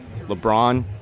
LeBron